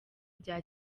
bya